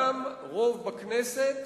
גם רוב בכנסת